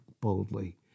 boldly